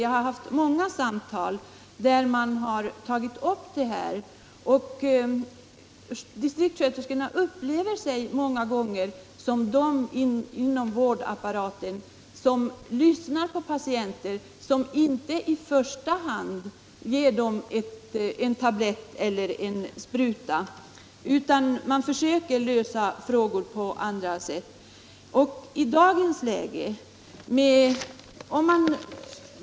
Jag har haft många samtal där det här tagits upp, och distriktssköterskorna upplever sig ofta som de inom vårdapparaten som lyssnar på patienterna, som de som inte i första hand ger patienterna en tablett eller en spruta utan försöker lösa problemen på andra sätt.